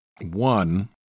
One